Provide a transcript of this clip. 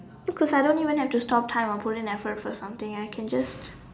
cause I don't even have to stomp time or put in effort for something I could just